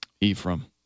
Ephraim